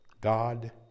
God